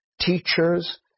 teachers